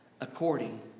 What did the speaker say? according